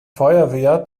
feuerwehr